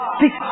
six